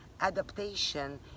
adaptation